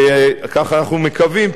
ככה אנחנו מקווים,